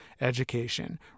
education